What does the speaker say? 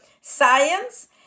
science